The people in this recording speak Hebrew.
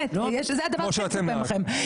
זה הדבר שהכי מצופה ממכם.